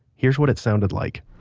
here's what it sounded like